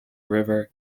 river